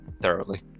thoroughly